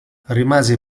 rimase